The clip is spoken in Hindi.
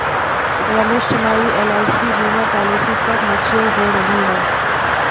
रमेश तुम्हारी एल.आई.सी बीमा पॉलिसी कब मैच्योर हो रही है?